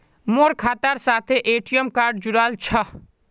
मोर खातार साथे ए.टी.एम कार्ड जुड़ाल छह